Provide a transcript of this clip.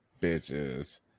bitches